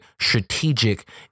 strategic